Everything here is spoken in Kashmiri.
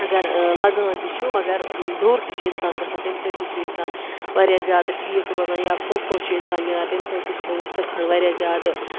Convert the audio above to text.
اگر لَگان تہِ چھُ مگر دوٚر تہِ چھِ اِنسان گژھان تمہِ سۭتۍ تہِ چھُ اِنسان واریاہ زیادٕ ٹھیٖک روزان یا کھو کھو چھُ اِنسان گِنٛدان تمہِ سۭتۍ تہِ چھُ وُستہٕ خان واریاہ زیادٕ